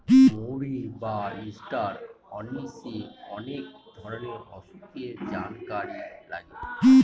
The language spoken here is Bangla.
মৌরি বা ষ্টার অনিশে অনেক ধরনের অসুখের জানকারি লাগে